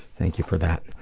thank you for that.